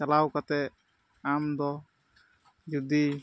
ᱪᱟᱞᱟᱣ ᱠᱟᱛᱮ ᱟᱢ ᱫᱚ ᱡᱩᱫᱤ